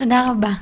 תודה רבה.